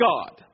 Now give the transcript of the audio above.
God